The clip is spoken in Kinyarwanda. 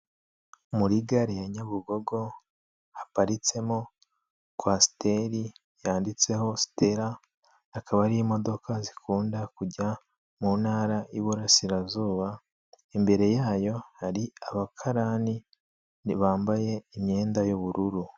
Muri gare ya Nyabugogo, haparitsemo kwasiteri yanditseho sitera, akaba ari imodoka zikunda kujya mu ntara y'Iburasirazuba, imbere yayo hari abakarani bambaye imyenda y'ubururu.